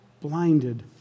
blinded